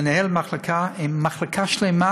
מנהל מחלקה עם מחלקה שלמה